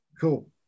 cool